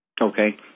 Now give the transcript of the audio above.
Okay